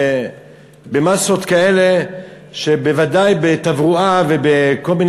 במאסות כאלה שבוודאי בתברואה ובכל מיני